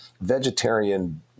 vegetarian